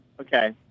Okay